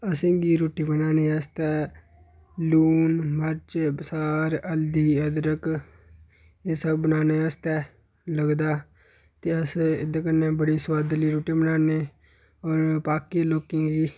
असें गी रुट्टी बनाने आस्तै लून मर्च बसार हल्दी अदरक एह् सब बनाने आस्तै लगदा ते अस एह्दे कन्नै बड़ी सोआदली रुट्टी बनान्ने आं बाकी लोकें ई बी